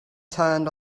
turned